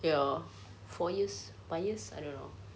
ya four years five years I don't know